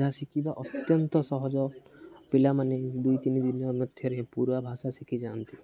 ଯାହା ଶିଖିବା ଅତ୍ୟନ୍ତ ସହଜ ପିଲାମାନେ ଦୁଇ ତିନି ଦିନ ମଧ୍ୟରେ ପୂରୁା ଭାଷା ଶିଖିଯାଆନ୍ତି